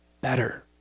better